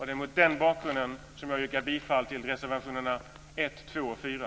Det är mot den bakgrunden som jag yrkar bifall till reservationerna 1, 2 och 4.